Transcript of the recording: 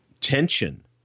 tension